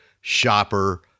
shopper